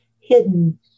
hidden